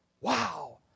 wow